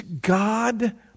God